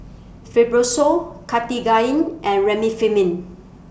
Fibrosol Cartigain and Remifemin